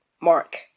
mark